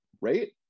right